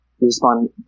respond